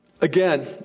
Again